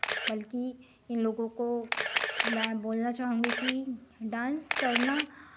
बल्कि इनलोगों को में बोलना चाहूँगी की डांस करना